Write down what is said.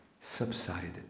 subsided